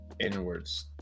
inwards